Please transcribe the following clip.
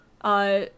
Uh-